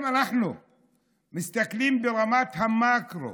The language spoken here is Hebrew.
אם אנחנו מסתכלים ברמת המקרו